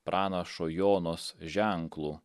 pranašo jonos ženklu